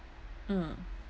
mm